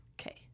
Okay